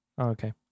Okay